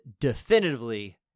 definitively